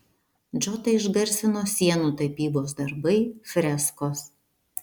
džotą išgarsino sienų tapybos darbai freskos